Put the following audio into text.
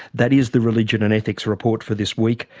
that is the religion and ethics report for this week.